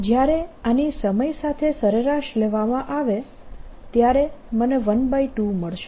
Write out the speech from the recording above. જ્યારે આની સમય સાથે સરેરાશ લેવામાં આવે ત્યારે મને 12 મળશે